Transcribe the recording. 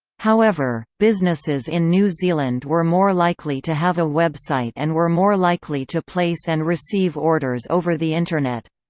however, businesses in new zealand were more likely to have a website and were more likely to place and receive orders over the internet.